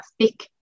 thick